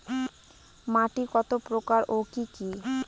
মাটি কতপ্রকার ও কি কী?